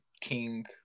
king